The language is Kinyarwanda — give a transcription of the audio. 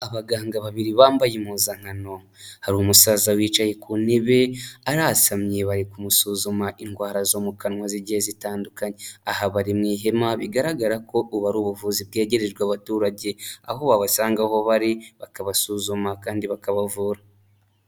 Abaganga babiri bambaye impuzankano, hari umusaza wicaye ku ntebe arasamye bari kumusuzuma indwara zo mu kanwa zigiye zitandukanye, aha bari mu ihema bigaragara ko ubu ari ubuvuzi bwegerejwe abaturage, aho wabasanga aho bari bakabasuzuma kandi bakabavura.